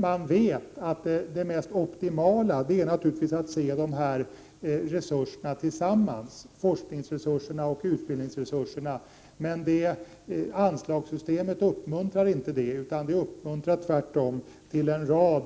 Man vet att det mest optimala naturligtvis är att se dessa resurser tillsammans, dvs. forskningsresurserna och utbildningsresurserna. Men anslagssystemet uppmuntrar inte detta. Tvärtom uppmuntrar det till en rad